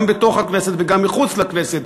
גם בתוך הכנסת וגם מחוץ לכנסת,